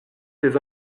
tes